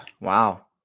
Wow